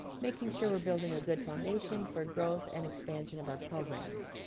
making sure we're building a good foundation for growth and expansion of our programs.